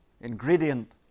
ingredient